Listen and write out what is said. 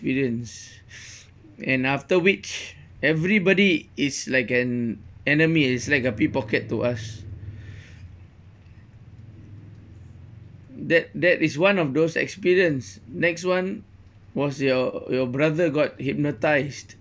experience and after which everybody is like an enemy is like a pickpocket to us that that is one of those experience next one was your your brother got hypnotised